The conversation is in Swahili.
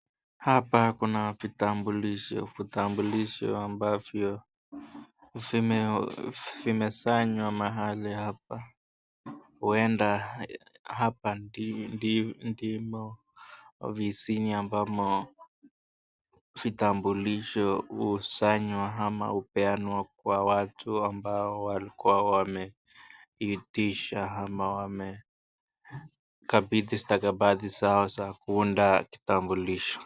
Hapa kuna vitambulisho, vitambulisho ambavyo vimesanywa mahali hapa, huenda hapa ndimo ofisini ambamo vitambulisho husanywa ama hupeanwa kwa watu ambao walikua wameitisha ama wamekabidhi stakabadhi zao za kuunda kitambulisho.